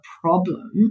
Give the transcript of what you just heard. problem